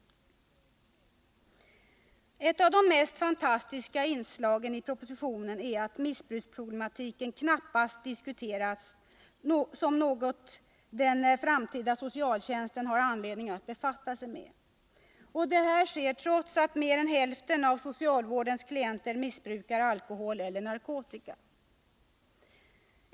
Ett av de mest fantastiska inslagen i propositionen är att missbruksproblematiken knappast diskuteras som något den framtida socialtjänsten har anledning att befatta sig med. Detta sker trots att mer än hälften av socialvårdens klienter missbrukar alkohol eller narkotika.